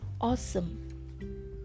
awesome